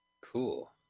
Cool